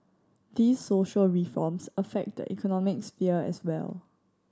these social reforms affect the economic sphere as well